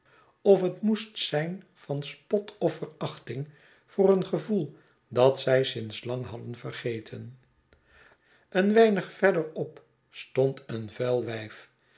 of het moest zijn van spot of verachting voor een gevoel dat zij sinds lang hadden vergeten een weinig verder op stond een vuil wyf